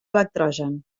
electrogen